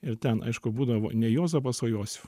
ir ten aišku būdavo ne juozapas o josif